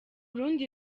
rundi